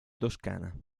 toscana